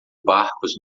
barcos